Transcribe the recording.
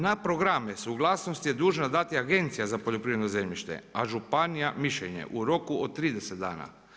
Na programe suglasnost je dužna dati Agencija za poljoprivredno zemljište, a županija mišljenje u roku od 30 dana.